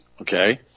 okay